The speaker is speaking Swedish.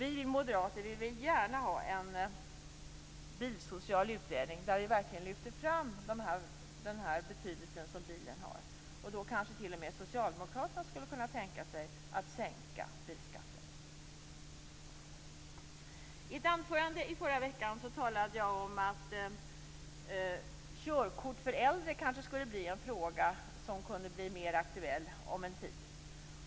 Vi moderater vill gärna ha en bilsocial utredning där den betydelse som bilen har verkligen lyfts fram. Då kanske t.o.m. socialdemokraterna skulle kunna tänka sig att sänka bilskatten. I ett anförande i förra veckan talade jag om att körkort för äldre kanske skulle bli en fråga som kunde bli mer aktuell om en tid.